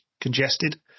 congested